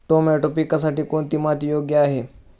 Tomato पिकासाठी कोणती माती योग्य आहे?